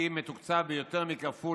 במורים לפיזיקה ברחבי הארץ ובייחוד בפריפריה.